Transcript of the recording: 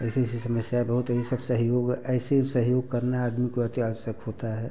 ऐसी ऐसी समस्याएँ बहुत हैं ये सब सहयोग ऐसे सहयोग करना आदमी को अति आवश्यक होता है